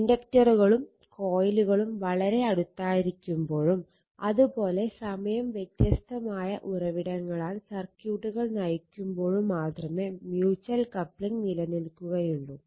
ഇൻഡക്റ്ററുകളും കോയിലുകളും വളരെ അടുത്തായിരിക്കുമ്പോഴും അത് പോലെ സമയം വ്യത്യസ്തമായ ഉറവിടങ്ങളാൽ സർക്യൂട്ടുകൾ നയിക്കുമ്പോഴും മാത്രമേ മ്യൂച്ചൽ കപ്ലിംഗ് നിലനിൽക്കുകയൊള്ളു